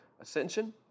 ascension